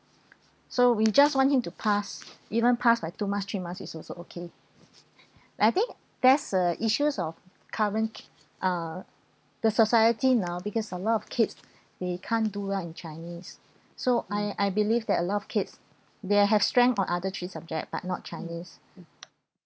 so we just want him to pass even pass by two marks three marks is also okay I think there is a issues of current uh the society now because a lot of kids they can't do well in chinese so I I believe that a lot of kids they have strength on other three subject but not chinese